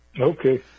Okay